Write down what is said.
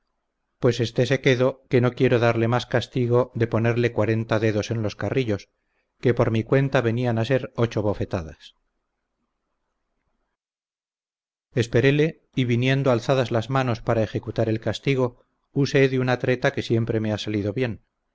pues estése quedo que no quiero darle mas castigo de ponerle cuarenta dedos en los carrillos que por mi cuenta venían a ser ocho bofetadas esperéle y viniendo alzadas las manos para ejecutar el castigo usé de una treta que siempre me ha salido bien